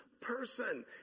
person